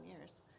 years